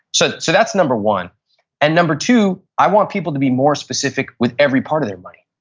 so so that's number one and number two, i want people to be more specific with every part of their money.